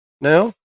now